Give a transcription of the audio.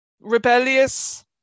rebellious